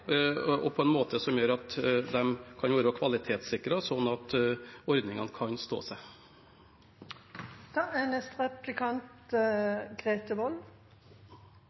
og på en måte som gjør at ordningene kan være kvalitetssikret, sånn at de kan stå seg.